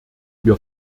wir